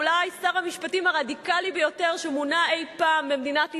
אולי שר המשפטים הרדיקלי ביותר שמונה אי-פעם במדינת ישראל,